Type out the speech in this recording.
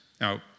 Now